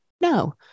no